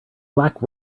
black